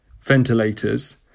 ventilators